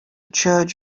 charge